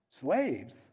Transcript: Slaves